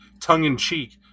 tongue-in-cheek